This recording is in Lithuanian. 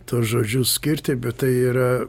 tuos žodžius skirti bet tai yra